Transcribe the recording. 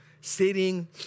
sitting